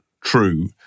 true